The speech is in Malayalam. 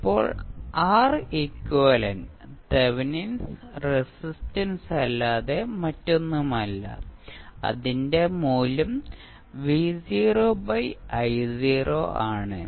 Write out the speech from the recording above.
ഇപ്പോൾ R എക്വിവാലെന്റ് തെവെനിൻ റെസിസ്റ്റൻസല്ലാതെ മറ്റൊന്നുമല്ല അതിന്റെ മൂല്യം ആണ്